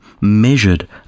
measured